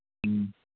ꯎꯝ